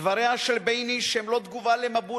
דבריה של בייניש הם לא תגובה למבול